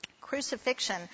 crucifixion